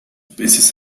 peces